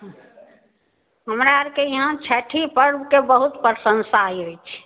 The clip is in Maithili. हुँ हमरा आओरके इहाँ छठि पर्वके बहुत प्रशंसा अछि